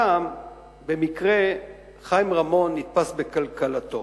הפעם במקרה חיים רמון נתפס בקלקלתו,